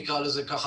נקרא לזה ככה,